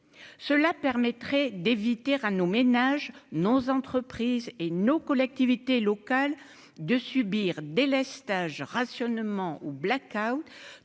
cela permettrait d'éviter Rano ménages nos entreprises et nos collectivités locales de subir délestage rationnement ou black-out,